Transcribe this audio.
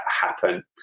happen